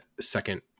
second